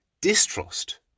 distrust